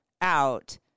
out